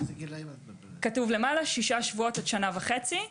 זה שישה שבועות עד שנה וחצי.